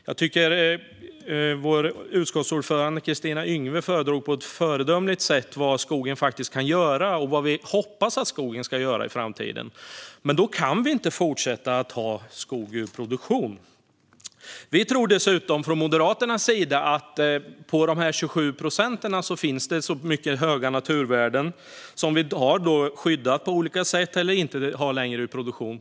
Jag tycker att vår utskottsordförande Kristina Yngwe föredrog på ett föredömligt sätt vad skogen faktiskt kan göra och vad vi hoppas att skogen ska göra i framtiden. Men då kan vi inte fortsätta att ha skog ur produktion. Vi tror dessutom från Moderaternas sida att det finns så mycket höga naturvärden i de här 27 procenten som vi i dag skyddar på olika sätt eller inte längre har i produktion.